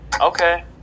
Okay